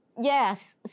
Yes